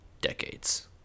decades